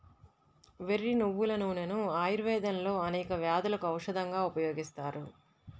వెర్రి నువ్వుల నూనెను ఆయుర్వేదంలో అనేక వ్యాధులకు ఔషధంగా ఉపయోగిస్తారు